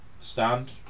stand